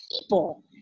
people